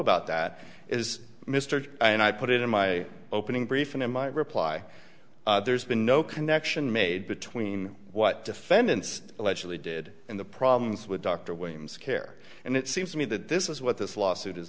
about that is mr i and i put it in my opening brief and in my reply there's been no connection made between what defendants allegedly did and the problems with dr william scare and it seems to me that this is what this lawsuit